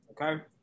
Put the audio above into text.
Okay